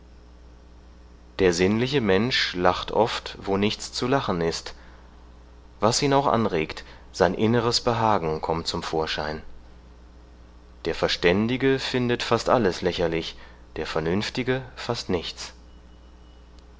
der sinnliche mensch lacht oft wo nichts zu lachen ist was ihn auch anregt sein inneres behagen kommt zum vorschein der verständige findet fast alles lächerlich der vernünftige fast nichts